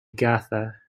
gather